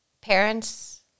parents